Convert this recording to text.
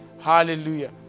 Hallelujah